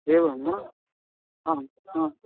एवं वा ह हा